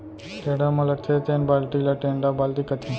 टेड़ा म लगथे तेन बाल्टी ल टेंड़ा बाल्टी कथें